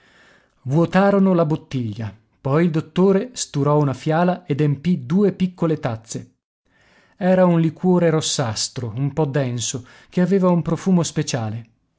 vuotarono la bottiglia poi il dottore sturò una fiala ed empì due piccole tazze era un liquore rossastro un po denso che aveva un profumo speciale